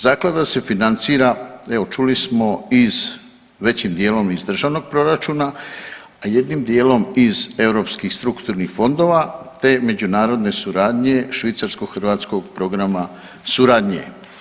Zaklada se financira, evo čuli smo većim dijelom iz državnog proračuna, a jednim dijelom iz europskih strukturnih fondova te međunarodne suradnje Švicarsko-hrvatskog programa suradnje.